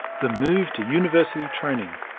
the move to university training,